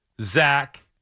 Zach